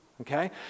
Okay